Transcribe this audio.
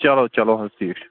چلو چلو حظ ٹھیٖک چھُ